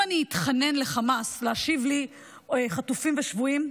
אם אני אתחנן לחמאס להשיב לי חטופים ושבויים,